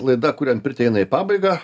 laida kuriam pirtį eina į pabaigą